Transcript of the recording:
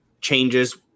changes